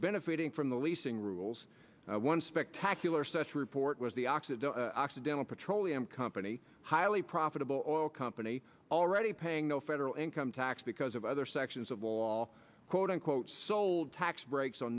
benefiting from the leasing rules one spectacular such report was the occidental occidental petroleum company highly profitable or oil company already paying no federal income tax because of other sections of law quote unquote sold tax breaks o